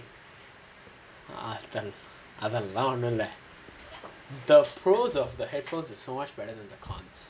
அதெல்லாம் ஒண்ணுமில்ல:adhellaam onnumilla the pros of the headphones are so much better than the cons